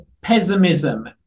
pessimism